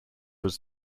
was